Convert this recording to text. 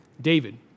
David